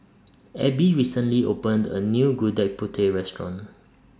Ebbie recently opened A New Gudeg Putih Restaurant